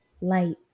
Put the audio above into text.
light